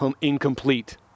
incomplete